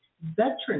Veterans